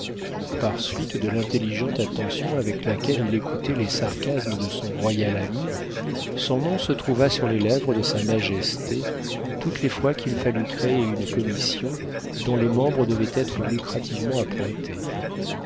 par suite de l'intelligente attention avec laquelle il écoutait les sarcasmes de son royal ami son nom se trouva sur les lèvres de sa majesté toutes les fois qu'il fallut créer une commission dont les membres devaient être lucrativement appointés